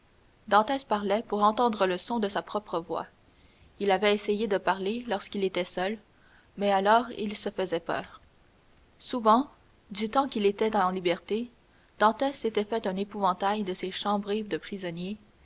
dantès parlait pour entendre le son de sa propre voix il avait essayé de parler lorsqu'il était seul mais alors il se faisait peur souvent du temps qu'il était en liberté dantès s'était fait un épouvantail de ces chambrées de prisonniers